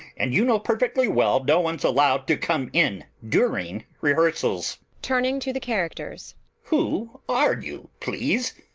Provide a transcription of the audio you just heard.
and you know perfectly well no one's allowed to come in during re hearsals! turning to the characters who are you, please?